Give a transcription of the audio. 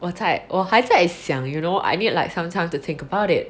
我还我还在想 you know I need like some time to think about it